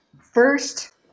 first